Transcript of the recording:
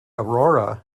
aurora